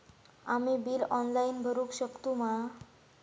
आम्ही bill online भरुक शकतू मा?